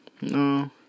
no